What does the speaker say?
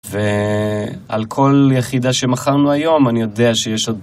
ועל כל יחידה שמכרנו היום, אני יודע שיש עוד...